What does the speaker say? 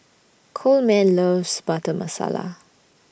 Coleman loves Butter Masala